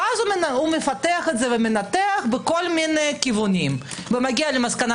ואז הוא מפתח ומנתח בכל מיני כיוונים ומגיע למסקנה